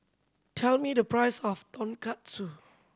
tell me the price of Tonkatsu